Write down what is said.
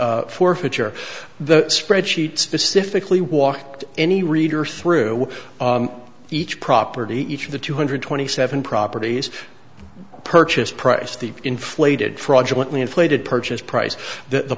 forfeiture the spread sheet specifically walked any reader through each property each of the two hundred twenty seven properties purchase price the inflated fraudulent inflated purchase price the